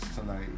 tonight